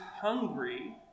hungry